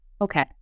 okay